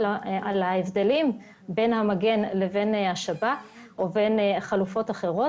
להבדלים בין המגן לבין השב"כ או לבין חלופות אחרות.